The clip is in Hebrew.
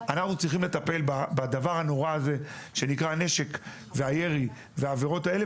אנחנו צריכים לטפל בדבר הנורא הזה שנקרא הנשק והירי והעבירות האלה,